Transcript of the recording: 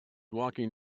walking